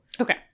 okay